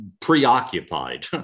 preoccupied